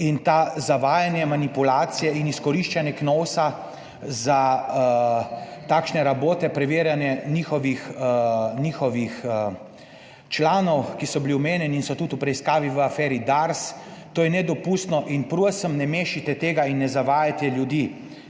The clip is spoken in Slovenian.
In to zavajanje, manipulacije in izkoriščanje KNOVS za takšne rabote, preverjanje njihovih članov, ki so bili omenjeni in so tudi v preiskavi v aferi DARS, to je nedopustno in prosim ne mešajte tega in ne zavajajte ljudi.